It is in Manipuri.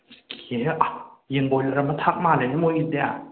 ꯑꯁ ꯀꯤꯍꯦ ꯑꯥ ꯌꯦꯟ ꯕꯣꯏꯂꯔ ꯑꯃ ꯊꯥꯛ ꯃꯥꯜꯂꯦꯅꯦ ꯃꯣꯏꯒꯤꯁꯦ